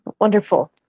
Wonderful